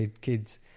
kids